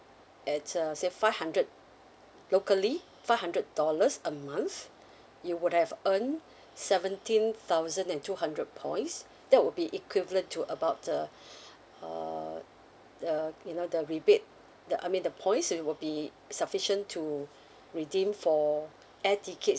at uh say five hundred locally five hundred dollars a month you would have earned seventeen thousand and two hundred points that would be equivalent to about uh uh the you know the rebate the I mean the points it will be sufficient to redeem for air tickets